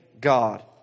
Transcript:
God